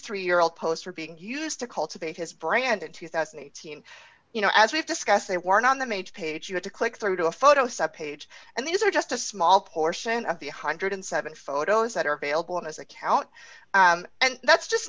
three year old posts are being used to cultivate his brand in two thousand and eighteen you know as we've discussed they weren't on the major page you had to click through to a photo sub page and these are just a small portion of the one hundred and seven photos that are available in his account and that's just